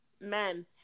men